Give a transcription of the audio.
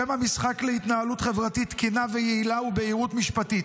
שם המשחק להתנהלות חברתית תקינה ויעילה הוא בהירות משפטית.